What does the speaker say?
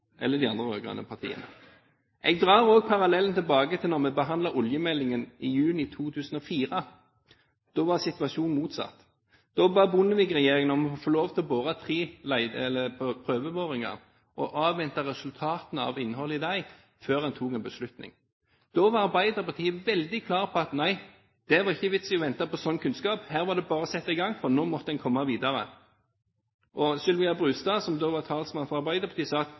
eller de andre rød-grønne partiene. Jeg drar også parallellen tilbake til da vi behandlet oljemeldingen i juni 2004. Da var situasjonen motsatt. Da ba Bondevik-regjeringen om å få lov til å foreta tre prøveboringer, og avvente resultatene av innholdet i disse før en tok en beslutning. Da var Arbeiderpartiet veldig klar på at: Nei, det var ikke vits i å vente på sånn kunnskap. Her var det bare å sette i gang, for nå måtte en komme videre. Sylvia Brustad, som da var talsmann for Arbeiderpartiet, sa